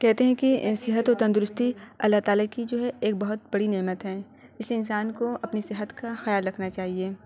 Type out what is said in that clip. کہتے ہیں کہ صحت و تندرستی اللہ تعالیٰ کی جو ہے ایک بہت بڑی نعمت ہے اس لیے انسان کو اپنی صحت کا خیال رکھنا چاہیے